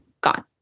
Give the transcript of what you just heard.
gone